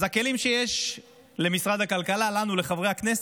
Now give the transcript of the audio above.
אז הכלים שיש למשרד הכלכלה, לנו, לחברי הכנסת,